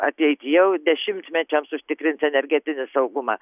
ateityje jau dešimtmečiams užtikrins energetinį saugumą